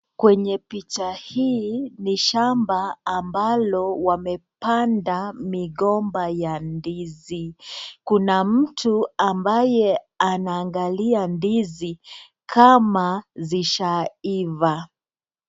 Kwenye picha hii ni shamba ambalo wamepanda migomba ya ndizi. Kuna mtu ambaye anaangalia ndizi kama zishaiva.